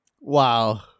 Wow